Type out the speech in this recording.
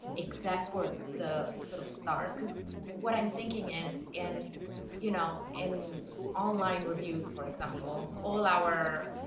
except for the sort of stars? because what i'm thinking is, in you know in online reviews for example, all our